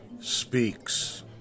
speaks